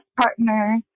partner